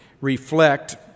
reflect